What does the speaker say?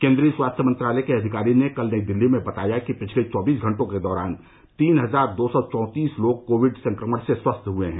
केन्द्रीय स्वास्थ्य मंत्रालय के अधिकारी ने कल नई दिल्ली में बताया कि पिछले चौबीस घंटों के दौरान तीन हजार दो सौ चौंतीस लोग कोविड संक्रमण से स्वस्थ हुए हैं